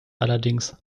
allerdings